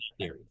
theory